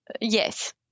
Yes